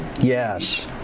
Yes